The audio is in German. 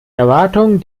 erwartungen